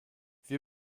wir